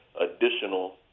additional